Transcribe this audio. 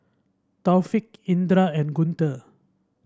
Taufik Indra and Guntur